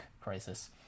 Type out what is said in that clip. crisis